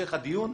להמשך הדיון,